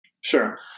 Sure